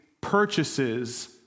purchases